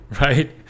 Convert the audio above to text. Right